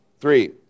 Three